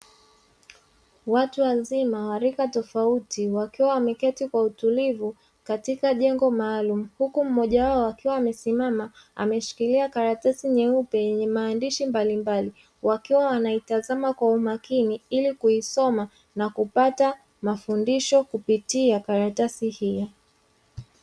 Watu wazima wa rika tofauti wakiwa wameketi kwa utulivu katika jengo maalumu, huku mmoja wao akiwa amesimama ameshikilia karatasi nyeupe yenye maandishi mbalimbali, wakiwa wanaitazama kwa makini ili kuisoma na kupata mafundisho kupitia karatasi hii.